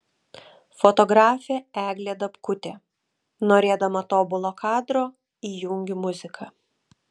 fotografė eglė dabkutė norėdama tobulo kadro įjungiu muziką